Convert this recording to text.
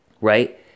right